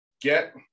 get